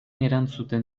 erantzuten